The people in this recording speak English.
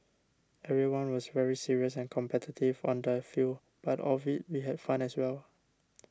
everyone was very serious and competitive on the field but off it we had fun as well